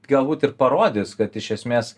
galbūt ir parodys kad iš esmės